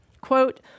Quote